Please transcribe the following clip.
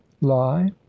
lie